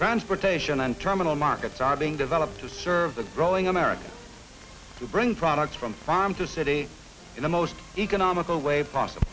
transportation and terminal markets are being developed to serve the growing american to bring products from farm to city in the most economical way possible